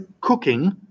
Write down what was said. cooking